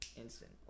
instant